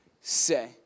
say